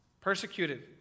persecuted